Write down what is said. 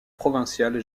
provinciale